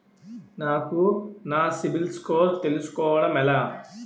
నాకు నా CIBIL score తెలుసుకోవడం ఎలా?